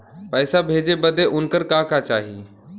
पैसा भेजे बदे उनकर का का चाही?